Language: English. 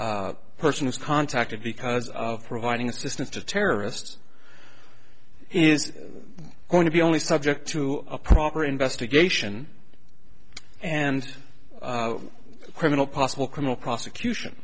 person is contacted because of providing assistance to terrorists is going to be only subject to a proper investigation and criminal possible criminal prosecution